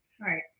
right